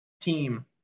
team